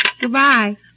Goodbye